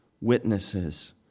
witnesses